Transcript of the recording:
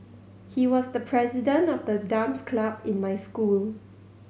he was the president of the dance club in my school